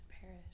perish